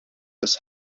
das